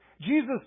Jesus